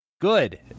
good